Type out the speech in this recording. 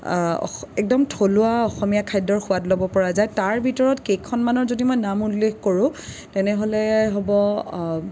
একদম থলুৱা অসমীয়া খাদ্যৰ সোৱাদ ল'ব পৰা যায় তাৰ ভিতৰত কেইখনমানৰ যদি মই নাম উল্লেখ কৰোঁ তেনেহ'লে হ'ব